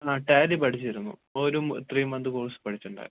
ആ ടാലി പഠിച്ചിരുന്നു ഒരു ത്രീ മന്ത് കോഴ്സ് പഠിച്ചിട്ടുണ്ടായിരുന്നു